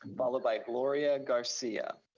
and followed by gloria garcia.